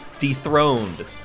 dethroned